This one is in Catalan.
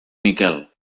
miquel